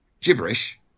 gibberish